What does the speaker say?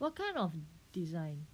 what kind of design